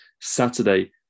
Saturday